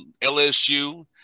LSU